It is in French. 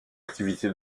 activité